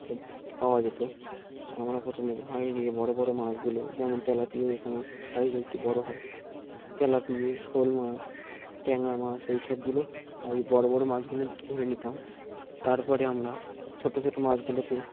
সব পাওয়া যেত আমরা প্রথমে হাঁড়ি নিয়ে বড়ো বড়ো মাছগুলো যেমন তেলাপিয়াও এখানে সাইজ একটু বড়ো হয় তেলাপিয়া শোল মাছ ট্যাংরা মাছ এই সবগুলো বড়ো বড়ো মাছগুলো ধরে নিতাম তারপরে আমরা ছোটো ছোটো মাছগুলোকে